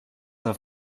auf